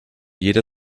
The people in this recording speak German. jeder